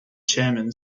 chairman